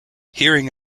hearing